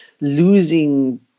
losing